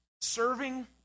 serving